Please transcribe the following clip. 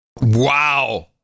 Wow